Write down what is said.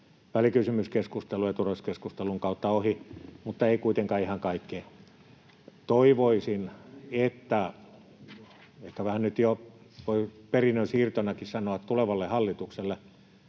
välikysymyskeskustelun ja turvallisuuskeskustelun kautta ohi, mutta ei kuitenkaan ihan kaikki. Toivoisin, ehkä vähän nyt jo voi perinnön siirtonakin sanoa tulevalle hallitukselle